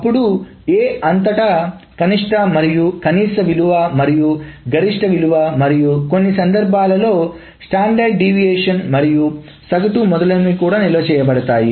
అప్పుడు A అంతటా కనిష్ట మరియు కనీస విలువ మరియు గరిష్ట విలువ మరియు కొన్ని సందర్భాల్లో ప్రామాణిక విచలనం మరియు సగటు మొదలైనవి కూడా నిల్వ చేయబడ తాయి